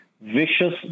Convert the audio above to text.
vicious